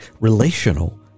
relational